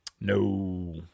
No